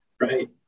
Right